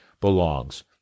belongs